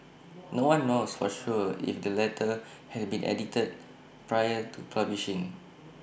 no one knows for sure if the letter had been edited prior to publishing